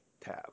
tab